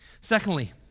Secondly